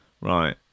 right